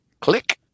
click